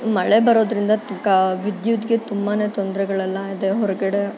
ಮಳೆ ಬರೋದರಿಂದ ವಿದ್ಯುತ್ಗೆ ತುಂಬಾ ತೊಂದ್ರೆಗಳೆಲ್ಲ ಇದೆ ಹೊರಗಡೆ